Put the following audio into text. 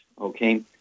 Okay